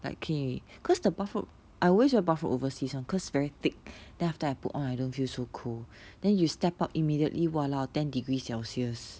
like K because the bathrobe I always wear bathrobe overseas [one] because very thick then after I put on I don't feel so cold then you step out immediately !walao! ten degree celsius